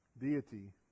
deity